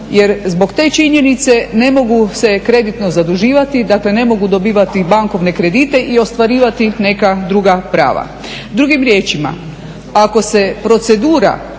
jer zbog te činjenice ne mogu se kreditno zaduživati. Dakle, ne mogu dobivati bankovne kredite i ostvarivati neka druga prava. Drugim riječima, ako se procedura